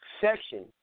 section